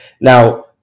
now